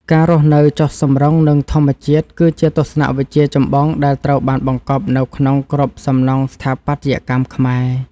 ការរស់នៅចុះសម្រុងនឹងធម្មជាតិគឺជាទស្សនវិជ្ជាចម្បងដែលត្រូវបានបង្កប់នៅក្នុងគ្រប់សំណង់ស្ថាបត្យកម្មខ្មែរ។